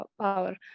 power